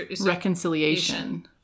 Reconciliation